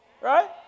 Right